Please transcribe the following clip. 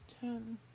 ten